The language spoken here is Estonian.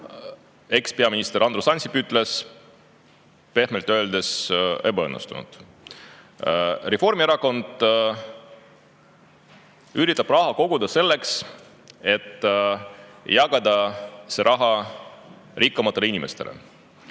ekspeaminister Andrus Ansip ütles, on pehmelt öeldes ebaõnnestunud. Reformierakond üritab raha koguda selleks, et jagada see raha rikkamatele inimestele.